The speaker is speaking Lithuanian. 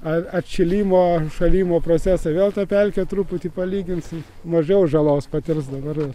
ar atšilimo šalimo procesai vėl tą pelkę truputį palyginsim mažiau žalos patirs dabar